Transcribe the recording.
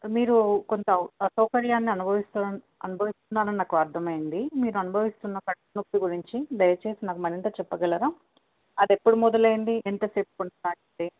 మీరు కొంత అసౌకర్యాన్ని అనుభవిస్త అనుభవిస్తున్నారని నాకు అర్థమైంది మీరు అనుభవిస్తున్న కడుపు నొప్పి గురించి దయచేసి నాకు మరింత చెప్పగలరా అది ఎప్పుడు మొదలైంది ఎంత సేపు ఉంటున్నది